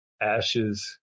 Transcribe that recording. ashes